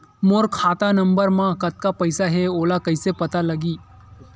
मोर खाता नंबर मा कतका पईसा हे ओला कइसे पता लगी?